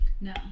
No